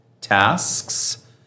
tasks